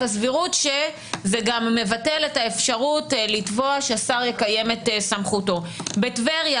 הסבירות שזה גם מבטל את האפשרות לתבוע ששר יקיים את סמכותו; בטבריה